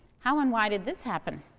how and why did this happen?